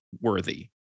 worthy